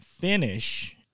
finish